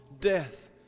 death